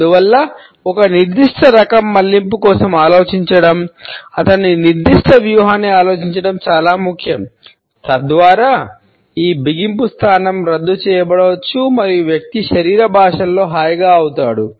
అందువల్ల ఒక నిర్దిష్ట రకం మళ్లింపు కోసం ఆలోచించడం అతని నిర్దిష్ట వ్యూహాన్ని ఆలోచించడం చాలా ముఖ్యం తద్వారా ఈ బిగింపు స్థానం రద్దు చేయబడవచ్చు మరియు వ్యక్తి శరీర భాషలో హాయిగా అవుతారు